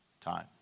time